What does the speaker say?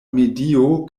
medio